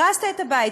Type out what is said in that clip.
הרסת את הבית,